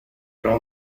pro